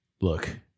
look